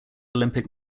olympic